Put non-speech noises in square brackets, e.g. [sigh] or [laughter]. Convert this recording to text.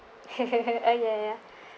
[laughs] ah ya ya